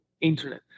internet